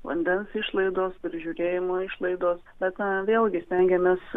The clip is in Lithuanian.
vandens išlaidos prižiūrėjimo išlaidos bet na vėlgi stengiamės